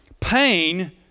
Pain